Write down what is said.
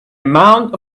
amount